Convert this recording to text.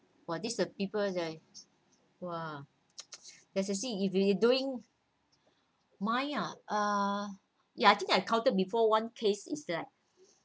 !wah! this type people like !wah! especially if you doing mine ah uh yea I think I encountered before one case it's like